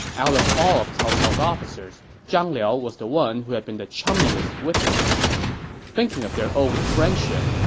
out of all of cao cao's officers, zhang liao was the one who had been the chummiest with him thinking of their old friendship,